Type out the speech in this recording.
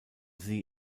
sie